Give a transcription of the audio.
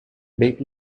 deep